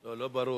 לא ברור.